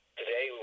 today